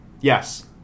Yes